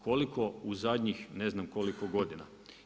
Koliko u zadnjih ne znam koliko godina?